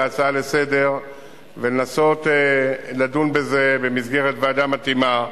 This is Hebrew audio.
להצעה לסדר-היום ולנסות לדון בזה במסגרת ועדה מתאימה,